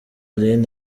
alyn